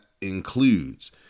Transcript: includes